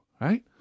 right